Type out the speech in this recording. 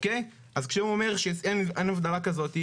כשהוא אומר שאין הבדלה כזאת,